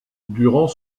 durant